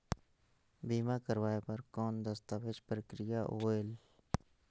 बीमा करवाय बार कौन दस्तावेज प्रक्रिया होएल?